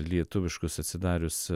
lietuviškus atsidarius